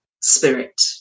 spirit